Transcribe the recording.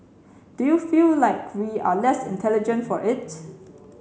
do you feel like we are less intelligent for it